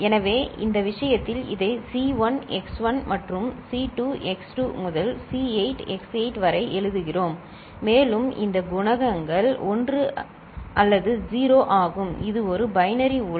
எனவே இந்த விஷயத்தில் இதை C1 x1 மற்றும் C2 x2 முதல் C8 x8 வரை எழுதுகிறோம் மேலும் இந்த குணகங்கள் 0 அல்லது 1 ஆகும் இது ஒரு பைனரி உலகம்